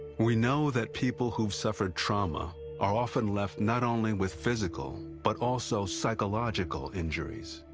we know that people who've suffered trauma are often left not only with physical but also psychological injuries.